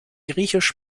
griechisch